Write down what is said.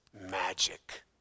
magic